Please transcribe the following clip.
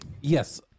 Yes